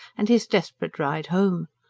and his desperate ride home.